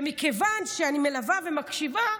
ומכיוון שאני מלווה ומקשיבה,